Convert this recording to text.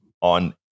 on